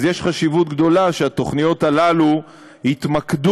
אז יש חשיבות רבה שהתוכניות הללו יתמקדו